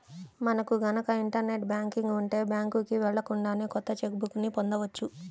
మనకు గనక internet banking ఉంటే బ్యాంకుకి వెళ్ళకుండానే కొత్త చెక్ బుక్ ని పొందవచ్చు